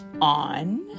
On